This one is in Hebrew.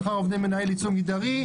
שכר עובדי מנהל ייצוג מגדרי,